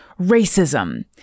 racism